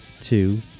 two